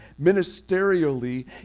ministerially